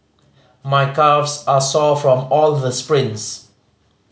my calves are sore from all the sprints